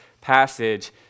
passage